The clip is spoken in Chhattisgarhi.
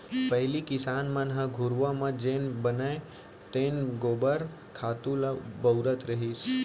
पहिली किसान मन ह घुरूवा म जेन बनय तेन गोबर खातू ल बउरत रहिस